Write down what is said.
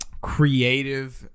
creative